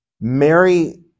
Mary